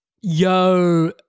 Yo